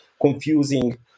confusing